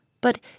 but